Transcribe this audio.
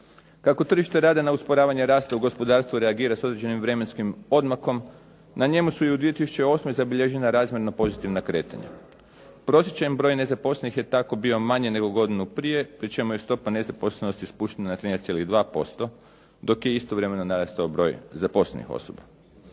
Kako tržište rada na usporavanje rasta u gospodarstvu reagira s određenim vremenskim odmakom na njemu se i u 2008. zabilježena razmjerno pozitivna kretanja. Prosječan broj nezaposlenih je tako bio manje nego godinu prije, pri čemu je stopa nezaposlenosti spuštena na 13,2%, dok je istovremeno narastao broj zaposlenih osoba.